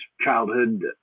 childhood